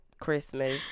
Christmas